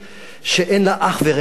שאין לה אח ורע היום.